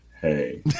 hey